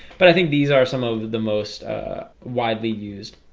but i think these are some of the most widely used